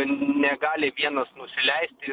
negali vienas nusileisti